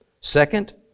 Second